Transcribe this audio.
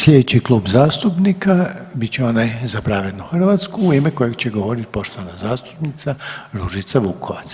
Sljedeći klub zastupnika bit će onaj za Pravednu Hrvatsku u ime kojeg će govoriti poštovana zastupnica Ružica Vukovac.